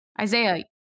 Isaiah